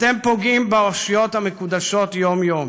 אתם פוגעים באושיות המקודשות יום-יום